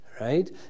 right